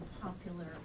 popular